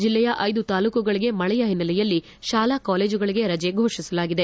ಜಿಲ್ಲೆಯ ಐದು ತಾಲೂಕುಗಳಗೆ ಮಳೆಯ ಹಿನ್ನಲೆಯಲ್ಲಿ ತಾಲಾ ಕಾಲೇಜುಗಳಿಗೆ ರಜೆ ಫೋಷಿಸಲಾಗಿದೆ